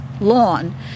lawn